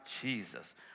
Jesus